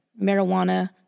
marijuana